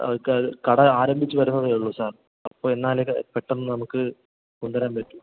അതൊക്കെ കട ആരംഭിച്ച് വരുന്നതേ ഉള്ളൂ സാർ അപ്പോൾ എന്നാലേ ഇത് പെട്ടെന്ന് നമുക്ക് കൊണ്ടുവരാൻ പറ്റൂ